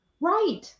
Right